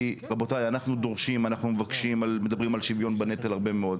רבותיי אנחנו דורשים אנחנו מבקשים על שוויון בנטל הרבה מאוד.